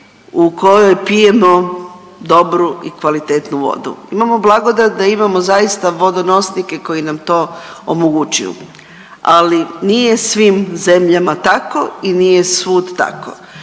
u kojoj pijemo dobru i kvalitetnu vodu. Imamo blagodat da imamo zaista vodonosnike koji nam to omogućuju, ali nije svim zemljama tako i nije svud tako.